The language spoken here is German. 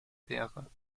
wäre